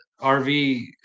RV